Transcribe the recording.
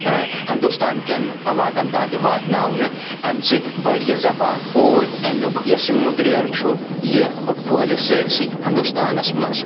ہِنٛدوستَانٛکِؠن علاقَن تان تہِ واتناونہٕ امہِ سۭتۍ بَڑِ یِہ زبان اور اَمِیُک یُس یہِ مُدرَیٚر چھُ یہِ پھہلہِ سٲرسٕے ہِنٛدوستَانَس منٛز